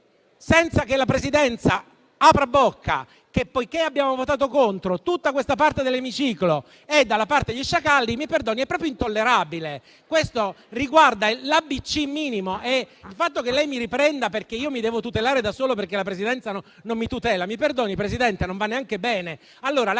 senza che la Presidenza apra bocca, che, poiché abbiamo votato contro, tutta questa parte dell'emiciclo è dalla parte degli sciacalli, mi perdoni, è proprio intollerabile. Questo riguarda l'ABC minimo e il fatto che lei mi riprenda, perché io mi devo tutelare da solo dato che la Presidenza non mi tutela, mi perdoni, Presidente, non va neanche bene.